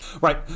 Right